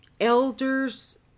elders